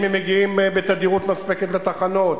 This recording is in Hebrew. אם הם מגיעים בתדירות מספקת לתחנות,